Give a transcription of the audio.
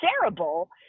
terrible